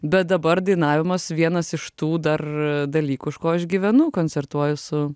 bet dabar dainavimas vienas iš tų dar dalykų iš ko aš gyvenu koncertuoju su